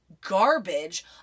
garbage